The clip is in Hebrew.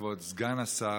כבוד סגן השר,